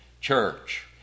church